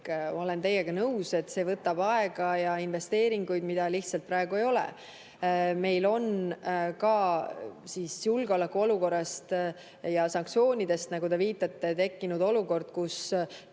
Olen teiega nõus, et see võtab aega ja investeeringuid, mida praegu lihtsalt ei ole. Meil on ka julgeolekuolukorra ja sanktsioonide tõttu, nagu te viitate, tekkinud olukord, kus